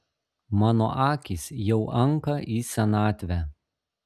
mano akys jau anka į senatvę